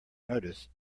notice